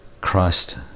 Christ